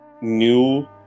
new